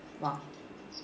!wah!